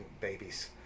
babies